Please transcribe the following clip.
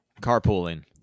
Carpooling